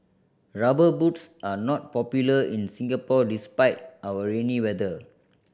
Rubber Boots are not popular in Singapore despite our rainy weather